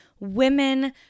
Women